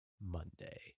Monday